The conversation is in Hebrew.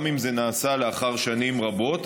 גם אם זה נעשה לאחר שנים רבות.